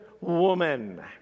woman